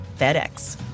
FedEx